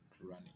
running